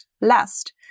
Last